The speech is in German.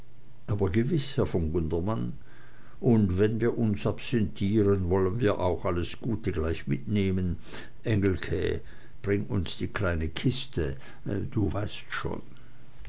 aber gewiß herr von gundermann und wenn wir uns absentieren wollen wir auch alles gute gleich mitnehmen engelke bring uns die kleine kiste du weißt schon